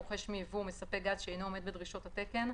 רוכש מייבוא או מספק גז שאינו עומד בדרישות התקן,